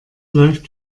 läuft